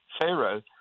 Pharaoh